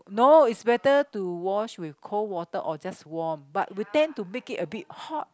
no it's better to wash with cold water or just warm but we tend to make it a bit hot